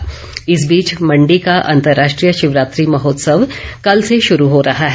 मंडी शिवरात्रि इस बीच मंडी का अंतर्राष्ट्रीय शिवरात्रि महोत्सव कल से शुरू हो रहा है